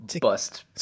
bust